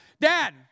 dad